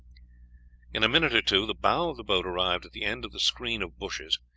in a minute or two the bow of the boat arrived at the end of the screen of bushes,